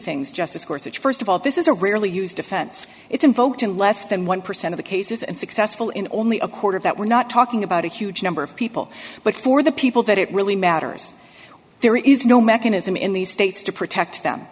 things justice course which st of all this is a rarely used offense it's invoked in less than one percent of the cases and successful in only a quarter that we're not talking about a huge number of people but for the people that it really matters there is no mechanism in these states to protect them